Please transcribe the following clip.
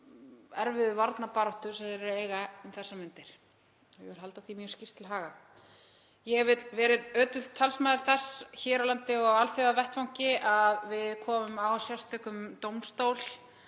erfiðu varnarbaráttu sem þeir eiga í um þessar mundir og ég vil halda því mjög skýrt til haga. Ég hef verið ötull talsmaður þess hér á landi og á alþjóðavettvangi að við komum á sérstökum dómstól